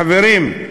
חברים,